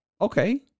okay